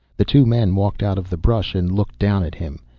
the two men walked out of the brush and looked down at him.